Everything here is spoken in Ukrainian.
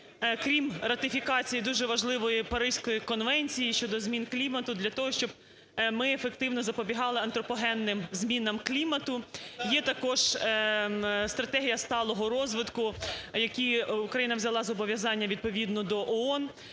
крім ратифікації дуже важливої Паризької конвенції щодо змін клімату для того, щоб ми ефективно запобігали антропогенним змінам клімату? Є також Стратегія сталого розвитку, які Україна взяла зобов'язання відповідно до ООН.